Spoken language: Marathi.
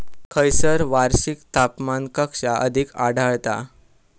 खैयसर वार्षिक तापमान कक्षा अधिक आढळता?